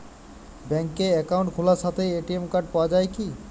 ব্যাঙ্কে অ্যাকাউন্ট খোলার সাথেই এ.টি.এম কার্ড পাওয়া যায় কি?